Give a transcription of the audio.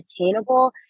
attainable